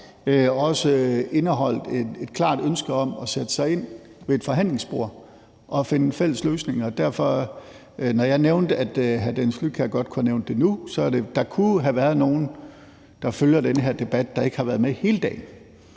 også indeholdt et klart ønske om at sætte sig ind ved et forhandlingsbord og finde fælles løsninger. Når jeg nævnte, at hr. Dennis Flydtkjær godt kunne have nævnt det nu, så var det jo, fordi der kunne have været nogle, der følger den her debat, der ikke havde været med hele dagen.